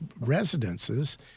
residences